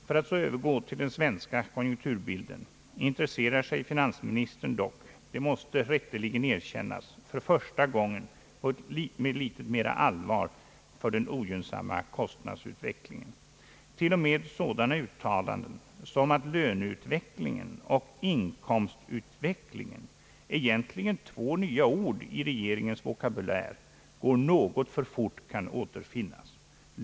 För att så övergå till den svenska konjunkturbilden intresserar sig finansministern dock — det måste rätteligen erkännas — för första gången med litet mera allvar för den ogynnsamma kostnadsutvecklingen. Till och med sådana uttalanden som att löneutvecklingen och inkomstutvecklingen — egentligen två nya ord i regeringens vokabulär — går något för fort kan återfinnas.